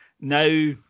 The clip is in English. Now